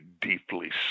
deeply